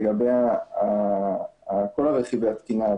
לגבי כל רכיבי התקינה,